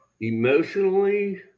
emotionally